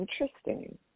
interesting